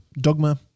Dogma